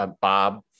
Bob